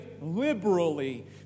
liberally